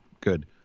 Good